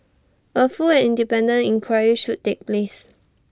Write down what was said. A full and independent inquiry should take place